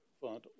fund